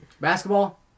Basketball